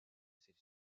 cette